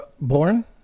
Born